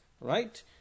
right